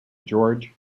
george